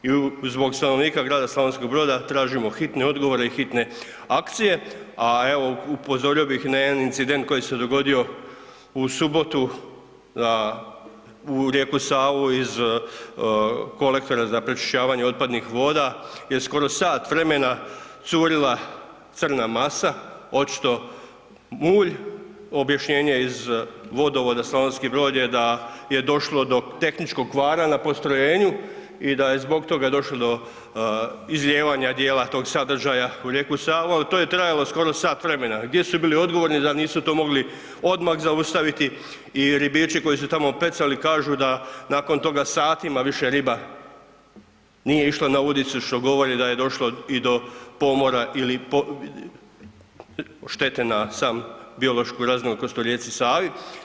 I zbog stanovnika grada Slavonskog Broda tražimo hitne odgovore i hitne akcije a evo upozorio bi na jedan incident koji se dogodio u subotu u rijeku Savu iz kolektora za pročišćavanje otpadnih voda je skoro sat vremena curila crna masa, očito mulj, objašnjenje iz vodovoda Slavonski Brod je da je došlo do tehničkog kvara na postrojenju i da je zbog toga došlo do izlijevanja djela tog sadržaja u rijeku Savu ali to je trajalo skoro sat vremena, gdje su bili odgovorni da nisu to mogli odmah zaustaviti i ribiči koji su tamo pecali kažu da nakon toga satima više riba nije išla na udicu što govori da je došlo i do pomora ili štete na samu biološku raznolikost u rijeci Savi.